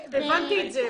הבנתי את זה.